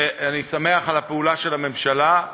ואני שמח על הפעולה של הממשלה,